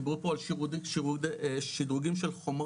דיברו פה על שדרוגים של חומרה,